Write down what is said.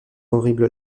horrible